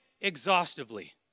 exhaustively